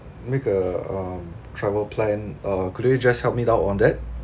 make a um travel plan uh could you just help me out on that